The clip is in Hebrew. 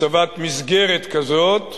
הצבת מסגרת כזאת,